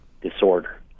disorder